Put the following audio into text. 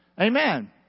Amen